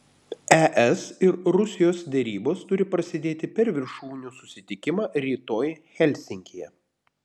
es ir rusijos derybos turi prasidėti per viršūnių susitikimą rytoj helsinkyje